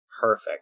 perfect